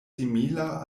simila